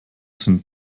sind